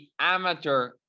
amateur